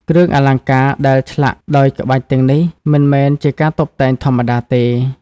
គ្រឿងអលង្ការដែលឆ្លាក់ដោយក្បាច់ទាំងនេះមិនមែនជាការតុបតែងធម្មតាទេ។